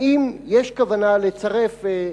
האם יש כוונה לצרף,